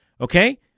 okay